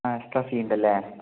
ആ extra fee ഉണ്ടല്ലേ